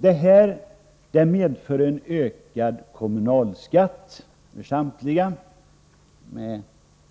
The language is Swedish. Det här medför en ökad kommunalskatt för samtliga med